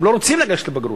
הם לא רוצים לגשת לבגרות.